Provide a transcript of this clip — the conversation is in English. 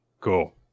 cool